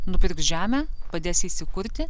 nupirks žemę padės įsikurti